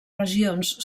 regions